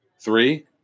Three